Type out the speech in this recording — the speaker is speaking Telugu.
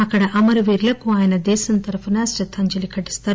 అక్కడ అమర వీరులకు ఆయన దేశం తరపున శ్రద్దాంజలి ఘటిస్తారు